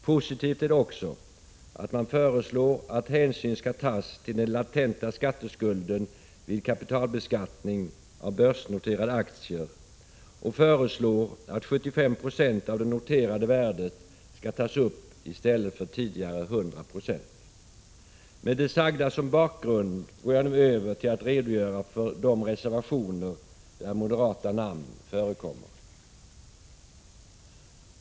Det är också positivt att man föreslår att hänsyn skall tas till den latenta skatteskulden vid kapitalbeskattning av börsnoterade aktier och att 75 9o av det noterade värdet skall tas upp i stället för tidigare 100 96. Med det sagda som bakgrund går jag nu över till att redogöra för de reservationer där moderata namn förekommer.